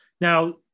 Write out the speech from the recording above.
Now